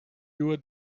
your